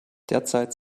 derzeit